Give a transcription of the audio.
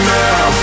now